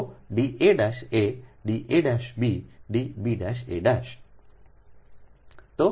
તો D a' a D a' b D b' a'